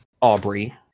Aubrey